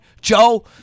Joe